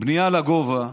בנייה לגובה,